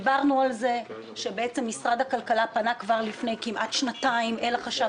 דיברנו על זה שמשרד הכלכלה פנה לפני כשנתיים אל החשב